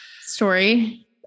story